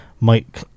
Mike